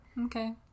Okay